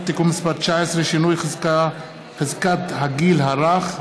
(תיקון מס' 19) (שינוי חזקת הגיל הרך),